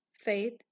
faith